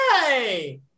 Yay